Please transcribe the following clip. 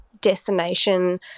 destination